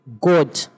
God